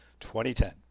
2010